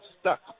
stuck